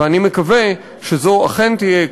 ואני מקווה שזו אכן תהיה,